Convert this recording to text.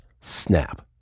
snap